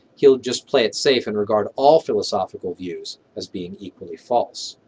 he'll just play it safe in regard all philosophical views as being equally false.